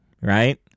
right